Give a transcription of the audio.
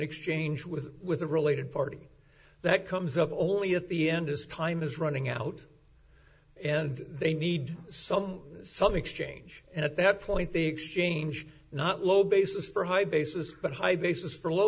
exchange with with the related party that comes up only at the end as time is running out and they need some some exchange and at that point the exchange not low basis for high basis but high basis for low